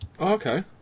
Okay